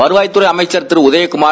வருவாய்த்துறை அமைச்சர் கிரு உதயகுமார்